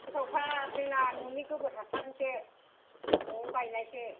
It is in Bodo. गोथावथार जोंना न'नि गोबोर हासारनिसो न'आव गायनायसो